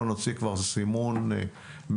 אנחנו נוציא כבר זימון מסודר.